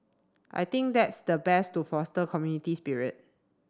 I think that's the best to foster community spirit